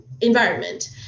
environment